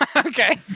Okay